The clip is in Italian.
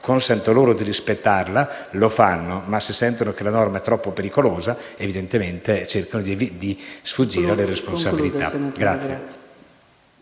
consenta loro di rispettarla, lo fanno; ma se sentono che la norma è troppo pericolosa, cercano di sfuggire alle responsabilità.